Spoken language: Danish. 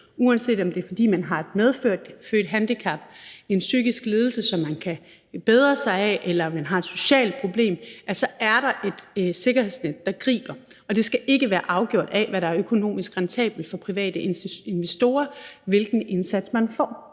uanset om det er, fordi man har et medfødt handicap, fordi man har en psykisk lidelse, som kan bedre sig, eller fordi man har et socialt problem, er der et sikkerhedsnet, der griber en, og hvilken indsats man får, skal ikke være afgjort af, hvad der er økonomisk rentabelt for private investorer. Det skal være